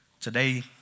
Today